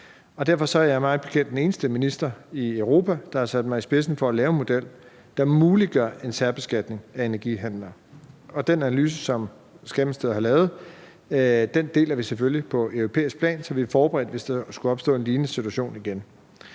bekendt den eneste minister i Europa, der har sat sig i spidsen for at lave en model, der muliggør en særbeskatning af energihandlere, og den analyse, som Skatteministeriet har lavet, deler vi selvfølgelig på europæisk plan, så vi er forberedt, hvis der skulle opstå en lignende situation igen.